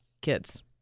kids